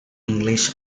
english